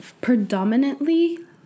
predominantly